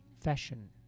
fashion